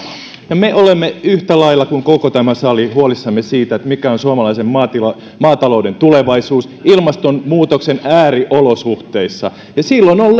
ja me olemme yhtä lailla kuin koko tämä sali huolissamme siitä mikä on suomalaisen maatalouden tulevaisuus ilmastonmuutoksen ääriolosuhteissa silloin on